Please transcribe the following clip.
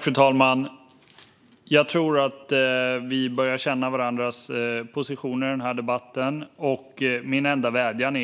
Fru talman! Jag tror att vi börjar känna varandras positioner i denna debatt. Min enda vädjan